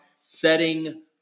setting